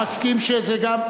היית מסכים שזה גם,